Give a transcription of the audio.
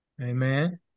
Amen